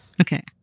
Okay